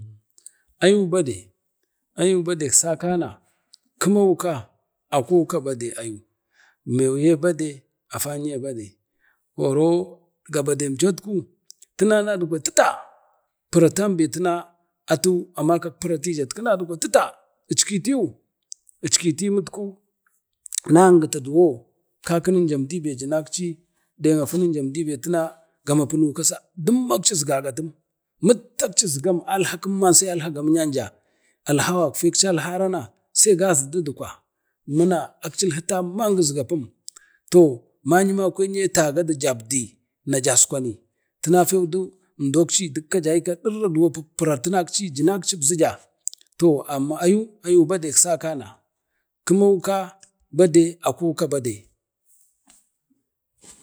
ayu bade, ayu badek sakana kimau ka akou ka bade ayu, mou ye bade afau ye bade koro gabademcho ku tina nadukwa tita pratan ben tinu amakam pira tija na dukwa tita ickituyu, ickituyu ilku nangita kakininjam dibe jinakci ne afininjan de ba gam apunu dumma akcis gagatam muttak cisgagatum man sai alhagam kumyan ja alhau gafke alharama sai gazi dukdukwa nima akcil bi tamman gisgapum sai gazi ɗibda, ma ma yemakwen ye tagadu jubdi na jaskwani tina fəu əmdakci ajaika ɗirra pirati nakci ji nakci akcibzija, toh amma ayu-ayu badek sakana kimau ka akou ka baɗe.